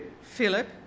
Philip